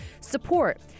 support